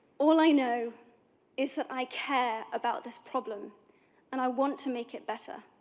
all i know is that i care about this problem and i want to make it better.